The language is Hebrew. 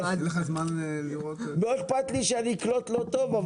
לא אכפת לי שאקלוט לא טוב,